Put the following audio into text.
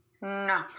No